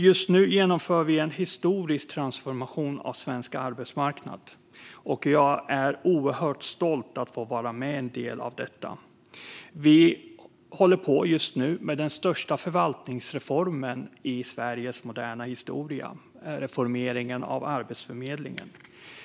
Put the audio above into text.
Just nu genomför vi en historisk transformation av svensk arbetsmarknad, och jag är oerhört stolt över att få vara en del av detta. Vi håller just nu på med den största förvaltningsreformen i Sveriges moderna historia: reformeringen av Arbetsförmedlingen.